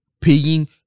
paying